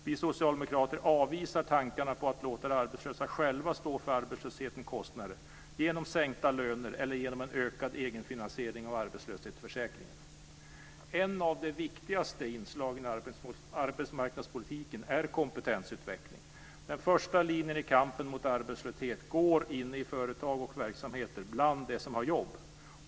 Vi socialdemokrater avvisar tankarna på att låta de arbetslösa själva stå för arbetslöshetens kostnader genom sänkta löner eller genom en ökad egenfinansiering av arbetslöshetsförsäkringen. Ett av de viktigaste inslagen i arbetsmarknadspolitiken är kompetensutveckling. Den första linjen i kampen mot arbetslöshet går inne i företag och verksamheter bland de som har jobb.